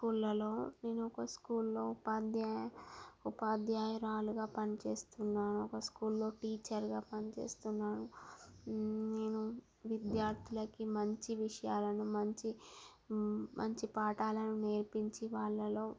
స్కూల్లలో నేను ఒక స్కూల్లో ఉపాధ్యాయ ఉపాధ్యాయురాలుగా పనిచేస్తున్నాను ఒక స్కూల్లో టీచర్గా పని చేస్తున్నాను నేను విద్యార్థులకు మంచి విషయాలను మంచి మంచి పాఠాలను నేర్పించి వాళ్లలో